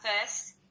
first